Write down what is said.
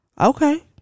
Okay